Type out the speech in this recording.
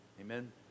Amen